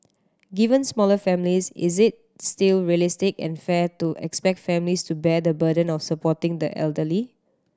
given smaller families is it still realistic and fair to expect families to bear the burden of supporting the elderly